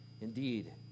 Indeed